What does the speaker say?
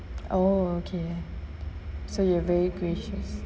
orh okay so you very gracious